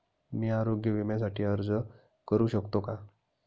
मी आरोग्य विम्यासाठी अर्ज करू शकतो का?